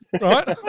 right